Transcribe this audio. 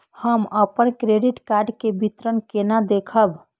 हम अपन credit card के विवरण केना देखब?